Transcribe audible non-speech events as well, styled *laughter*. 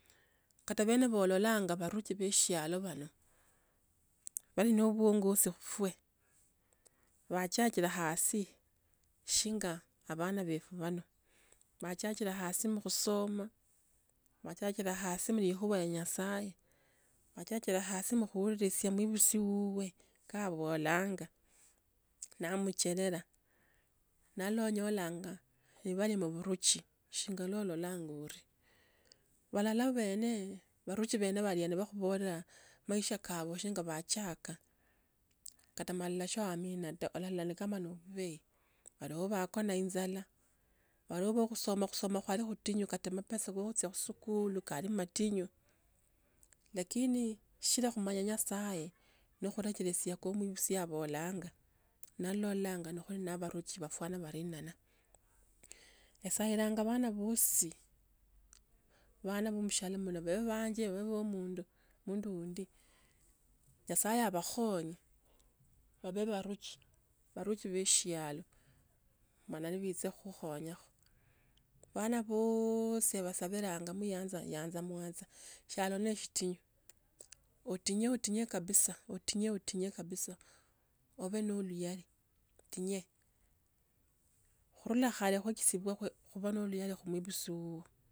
Kata bene bololanga baruki be shialo ino ba ne. Bali no buongosi kufwe *hesitation* bachiakila hasi ,shinga abana bwefwe hano, bachiakila hasi mukhusoma, bachachile hasi mu khusoma, bachachile hasi mu likhuwa lya nyasaye, bachachile hasi mukhulilisya bebusi buwe kaabolanga.,aamuchulela, nali anyolanga shibali no oburuchi singa ololanga uri, balala bene, baruchi bene bakhubola maisha kawe singa bachiaka. Kata malala so uamini taa, olala ni kama ne ububeyi nobakho ne injala oli wa kusoma, kusoma kwali butinyi, kwali na mapesa ko khuchia muskuli kali matinyu. Lakini shikila khumanya nyasaye no kurekelesia muibisi abolanga, nalola *unintelligible* naboruchi bafwana bariena taa esaila bana bosi, bana be mushialo mno babe banje, babe be mundu hundi nyasaye abakhonye babe baruchi baruchi be shialo mala beche khukhonyakho. Bana bosi basabila be muyanza yanza ramwa saa shialo nesitinyu, otinye otinye kabisa, otinye otinye kabisa obe no luyali, otinye khurula khale kwaechisibya kube no oluyali khu muibisi wuwo.